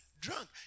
drunk